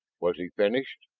was he finished?